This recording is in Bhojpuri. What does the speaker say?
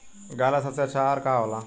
गाय ला सबसे अच्छा आहार का होला?